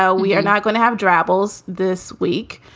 ah we are not going to have travels this week,